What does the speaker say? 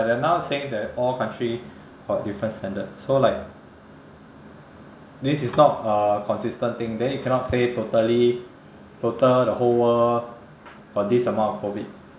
they're now saying that all country got different standard so like this is not uh consistent thing then you cannot say totally total the whole world got this amount of COVID